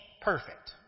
perfect